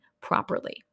properly